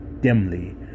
dimly